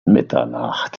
mitternacht